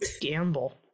gamble